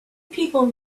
people